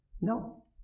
No